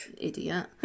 Idiot